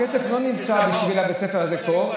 הכסף לא נמצא בשביל בית הספר הזה פה.